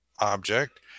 object